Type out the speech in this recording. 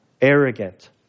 arrogant